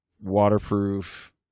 waterproof